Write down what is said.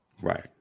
Right